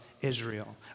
Israel